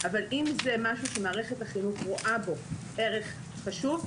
אבל אם זה משהו שמערכת החינוך רואה בו ערך חשוב,